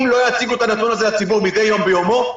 אם לא יציגו את הנתון לציבור מדי יום ביומו,